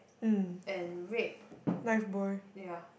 and red yeah